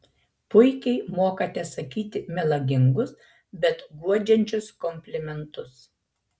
puikiai mokate sakyti melagingus bet guodžiančius komplimentus